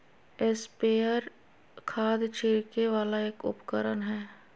sprayer खाद छिड़के वाला एक उपकरण हय